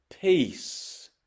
peace